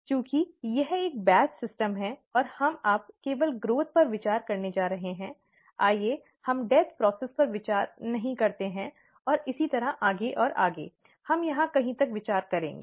चूँकि यह एक बैच सिस्टम है और हम अब केवल विकास पर विचार करने जा रहे हैं आइए हम डेथ प्रॉसेस पर विचार नहीं करते हैं और इसी तरह आगे और आगे हम यहाँ कहीं तक विचार करेंगे